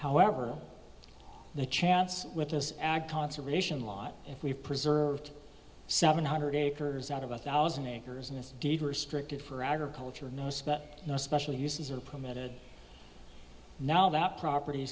however the chance with us ag conservation laws if we preserved seven hundred acres out of a thousand acres in this deed restricted for agriculture knows no special uses are permitted now that property